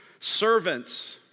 ...servants